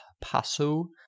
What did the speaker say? Passo